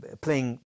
playing